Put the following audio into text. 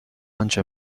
آنچه